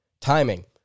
timing